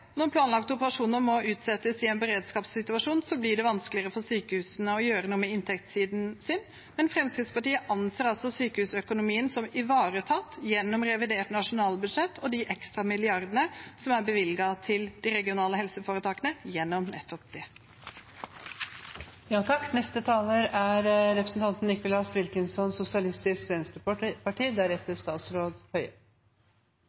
når planlagte operasjoner må utsettes i en beredskapssituasjon, blir det vanskeligere for sykehusene å gjøre noe med inntektssiden sin, men Fremskrittspartiet anser sykehusøkonomien som ivaretatt gjennom revidert nasjonalbudsjett og de ekstra milliardene som er bevilget til de regionale helseforetakene gjennom nettopp